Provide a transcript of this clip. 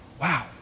Wow